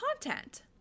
content